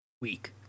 week